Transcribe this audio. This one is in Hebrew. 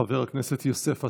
חבר הכנסת יוסף עטאונה,